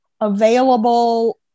available